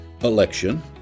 election